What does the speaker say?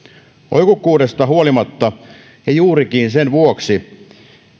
oikukkuudesta huolimatta ja juurikin sen vuoksi